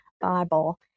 Bible